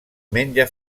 menja